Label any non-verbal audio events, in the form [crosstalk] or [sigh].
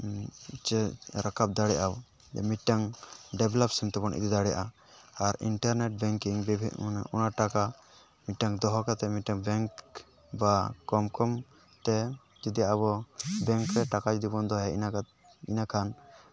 ᱡᱮ ᱨᱟᱠᱟᱵ ᱫᱟᱲᱮᱭᱟᱜ ᱵᱚ ᱡᱮ ᱢᱤᱫᱴᱟᱱ ᱰᱮᱵᱷᱞᱚᱯ ᱥᱮᱫ ᱛᱮᱵᱚᱱ ᱤᱫᱤ ᱫᱟᱲᱮᱭᱟᱜᱼᱟ ᱟᱨ ᱤᱱᱴᱟᱨᱱᱮᱴ ᱵᱮᱝᱠᱤᱝ ᱚᱱᱟ ᱴᱟᱠᱟ ᱢᱤᱫᱴᱟᱝ ᱫᱚᱦᱚ ᱠᱟᱛᱮᱫ ᱢᱤᱫᱴᱟᱝ ᱵᱮᱝᱠ ᱵᱟ ᱠᱚᱢ ᱠᱚᱢᱛᱮ ᱡᱩᱫᱤ ᱟᱵᱚ ᱵᱮᱝᱠ ᱨᱮ ᱴᱟᱠᱟ ᱡᱩᱫᱤ ᱵᱚᱱ ᱫᱚᱦᱚᱭᱟ [unintelligible] ᱤᱱᱟᱹᱠᱷᱟᱱ